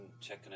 checking